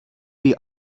die